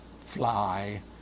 fly